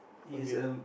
okay